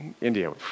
India